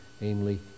namely